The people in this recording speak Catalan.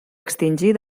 extingir